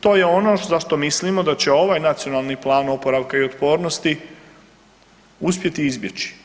To je ono zašto mislimo da će ovaj Nacionalni plan oporavka i otpornosti uspjeti izbjeći.